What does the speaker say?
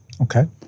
okay